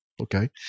Okay